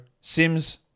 Sims